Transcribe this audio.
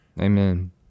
Amen